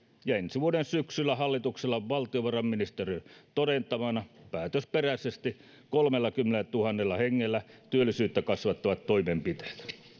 ja ensi vuoden syksyllä hallituksella on valtiovarainministeriön todentamana päätösperäisesti kolmellakymmenellätuhannella hengellä työllisyyttä kasvattavat toimenpiteet